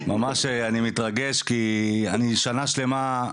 ממש אני מתרגש כי אני שנה שלמה,